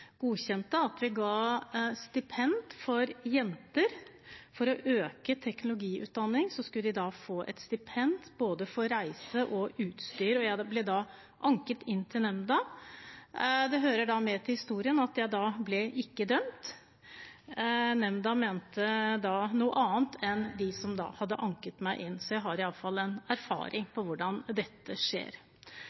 godkjente at vi ga stipend til jenter. For å øke andelen innen teknologiutdanning skulle de få et stipend både til reise og utstyr, og jeg ble da anket inn til nemnda. Det hører med til historien at jeg ikke ble dømt. Nemnda mente noe annet enn de som hadde anket meg inn. Så jeg har iallfall en erfaring med hvordan dette skjer.